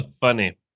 Funny